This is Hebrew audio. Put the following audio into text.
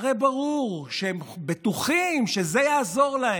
הרי ברור שהם בטוחים שזה יעזור להם.